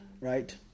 Right